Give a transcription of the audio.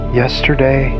yesterday